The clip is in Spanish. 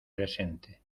presente